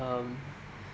um